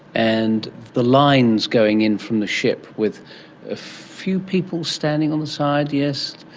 and the lines going in from the ship with a few people standing on the side, yes,